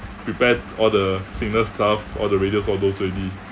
prepared all the signal stuff all the radios all those already